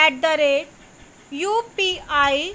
at the rate U P I